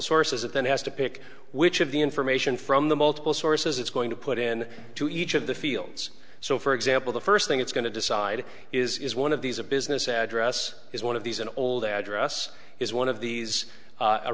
sources it then has to pick which of the information from the multiple sources it's going to put in and to each of the fields so for example the first thing it's going to decide is one of these a business address is one of these an old address is one of these